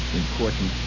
important